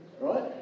Right